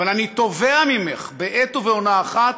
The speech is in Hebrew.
אבל אני תובע ממך, בעת ובעונה אחת,